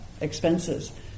expenses